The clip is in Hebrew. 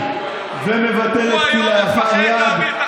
כמו פיונים, ושולטת, אנחנו נעביר את החוקים שלך,